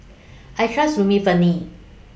I Trust Remifemin